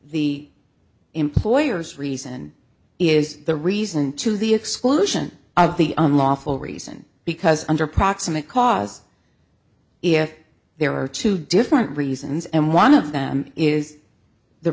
the employer's reason is the reason to the exclusion of the unlawful reason because under proximate cause if there are two different reasons and one of them is the